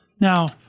Now